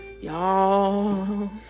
Y'all